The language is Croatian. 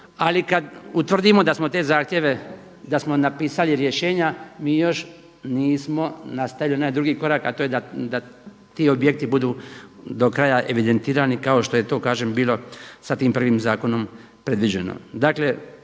Ali kad utvrdimo da smo te zahtjeve, da smo napisali rješenja mi još nismo nastavili onaj drugi korak, a to je da ti objekti budu do kraja evidentirani kao što je to kažem bilo sa tim prvim zakonom predviđeno.